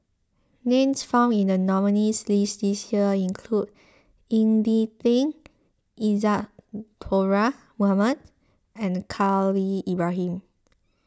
names found in the nominees' list this year include Ying E Ding Isadhora Mohamed and Khalil Ibrahim